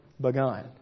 begun